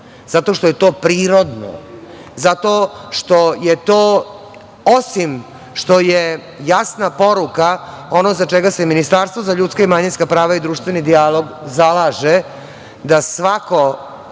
zato što je to prirodno, zato što je to, osim što je jasna poruka, ono za šta se Ministarstvo za ljudska i manjinska prava i društveni dijalog zalaže, da svako